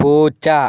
പൂച്ച